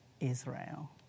Israel